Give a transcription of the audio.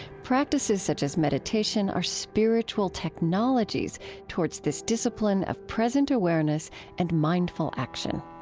practices such as meditation are spiritual technologies towards this discipline of present awareness and mindful action